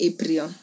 April